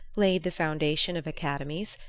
laid the foundation of academies,